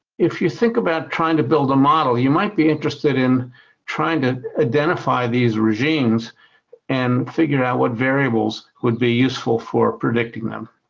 if you think about trying to build a model, you might be interested in trying to identify these regimes and figure out what variables would be useful for predicting them.